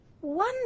one